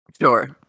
Sure